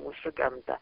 mūsų gamtą